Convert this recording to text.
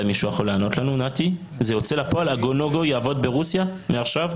ה- go-no-go יעבוד ברוסיה מעכשיו?